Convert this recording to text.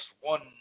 one